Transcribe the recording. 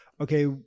okay